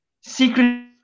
secret